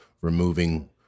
removing